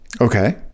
Okay